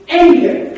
anger